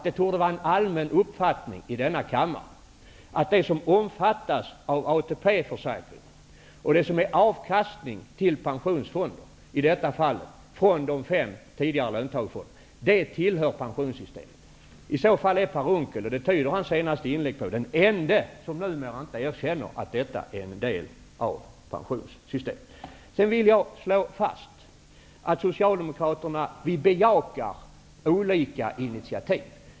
Det torde vara en allmän uppfattning i denna kammare, att det som omfattas av ATP försäkringen, vilket i detta fall är avkastning till pensionsfonder från de fem tidigare löntagarfonderna, tillhör pensionssystemet. I så fall är Per Unckel, och det tyder hans senaste inlägg på, den ende som numera inte erkänner att detta är en del av pensionssystemet. Jag vill här fastslå att Socialdemokraterna bejakar olika initiativ.